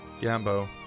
gambo